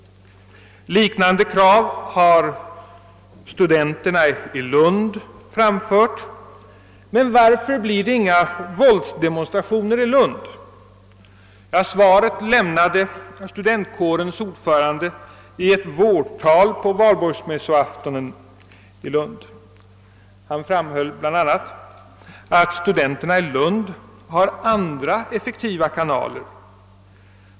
Liknande krav har studenterna i Lund framfört. Men varför blir det inga våldsdemonstrationer i Lund? Ja, svaret lämnade studentkårens ordförande i ett vårtal på valborgsmässoafton. Han framhöll bl.a. att studenterna i Lund har andra effektiva kanaler.